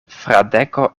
fradeko